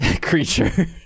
creature